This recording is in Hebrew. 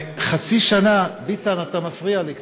חצי שנה, ביטן, אתה מפריע לי קצת,